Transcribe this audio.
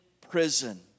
prison